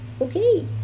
okay